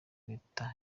leta